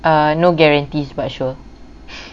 err no guarantees but sure